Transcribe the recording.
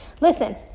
Listen